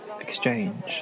exchange